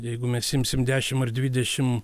jeigu mes imsim dešim ar dvidešim